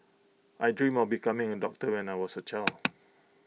I dreamt of becoming A doctor when I was A child